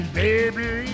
baby